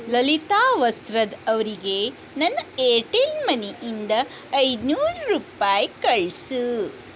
ಲಲಿತಾ ವಸ್ತ್ರದ್ ಅವರಿಗೆ ನನ್ನ Airtel money ಇಂದ ಐನೂರು ರೂಪಾಯಿ ಕಳಿಸು